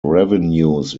revenues